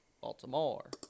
Baltimore